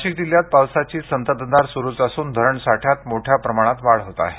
नाशिक जिल्ह्यात पावसाची संततधार सुरूच असून धरण साठ्यात मोठ्या प्रमाणात वाढ होत आहे